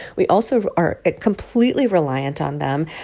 we also are completely reliant on them.